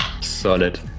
Solid